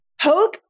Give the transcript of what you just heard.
Hope